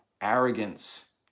arrogance